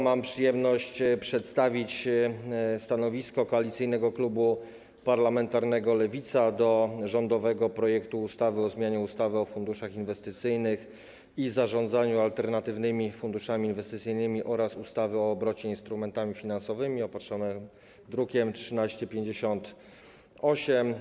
Mam przyjemność przedstawić stanowisko Koalicyjnego Klubu Parlamentarnego Lewicy wobec rządowego projektu ustawy o zmianie ustawy o funduszach inwestycyjnych i zarządzaniu alternatywnymi funduszami inwestycyjnymi oraz ustawy o obrocie instrumentami finansowymi z druku nr 1358.